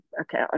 okay